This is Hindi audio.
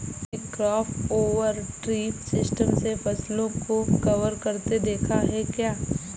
तुमने क्रॉप ओवर ट्री सिस्टम से फसलों को कवर करते देखा है क्या?